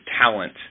talent